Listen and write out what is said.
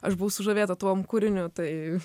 aš buvau sužavėta tuom kūriniu tai